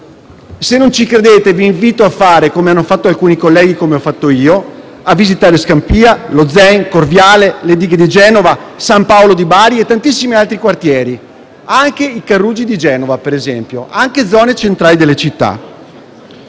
Se non ci credete, vi invito - come hanno fatto alcuni colleghi e come ho fatto io - a visitare Scampia, lo Zen, il Corviale, le Dighe di Genova, il San Paolo di Bari e tantissimi altri quartieri, anche i caruggi di Genova, per esempio, e anche altre zone centrali delle città.